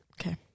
Okay